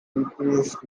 increased